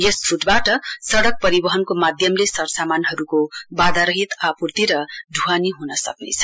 यस छूटबाट सड़क परिवहनको माध्यमले सरसामानहरूको बाधारहित आपूर्ति र दुवानी हुन सक्नेछ